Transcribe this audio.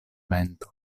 vento